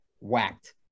whacked